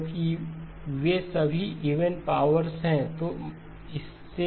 क्योंकि वे सभी इवन पावरस Z 1H1 हैं